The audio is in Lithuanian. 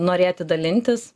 norėti dalintis